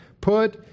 Put